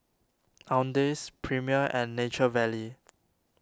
Owndays Premier and Nature Valley